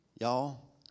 y'all